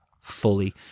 fully